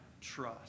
trust